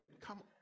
come